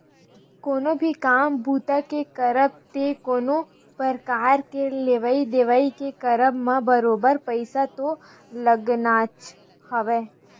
कोनो भी काम बूता के करब ते कोनो परकार के लेवइ देवइ के करब म बरोबर पइसा तो लगनाच हवय